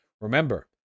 Remember